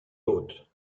d’autre